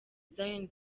zion